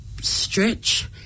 Stretch